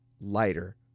lighter